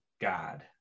God